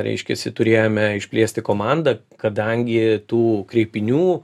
reiškiasi turėjome išplėsti komandą kadangi tų kreipinių